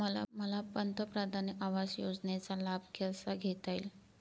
मला पंतप्रधान आवास योजनेचा लाभ कसा घेता येईल?